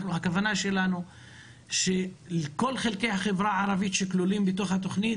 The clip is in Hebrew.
הכוונה שלנו שלכל חלקי החברה הערבית שכלולים בתוך התוכנית,